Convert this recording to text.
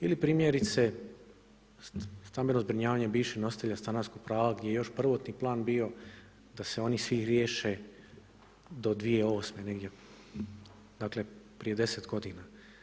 Ili primjerice, stambeno zbrinjavanje bivših nositelja stanarskog prava gdje je još prvotni plan bio da se oni svi riješe do 2008. negdje, dakle, prije 10 godina.